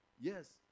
yes